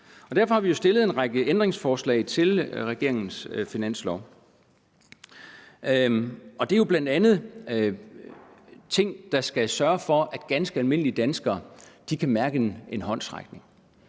Derfor har vi jo stillet en række ændringsforslag til regeringens finanslovforslag. Det er jo bl.a. ting, der skal sørge for, at ganske almindelige danskere kan mærke, at de får en håndsrækning.